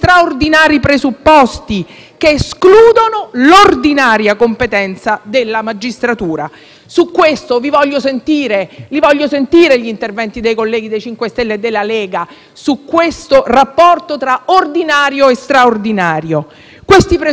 Su questo vi voglio sentire: voglio sentire gli interventi dei colleghi del MoVimento 5 Stelle e della Lega su questo rapporto tra ordinario e straordinario. Questi presupposti - noi lo sappiamo - sono la tutela di un interesse dello Stato costituzionalmente rilevante